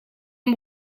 een